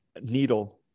Needle